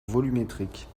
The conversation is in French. volumétrique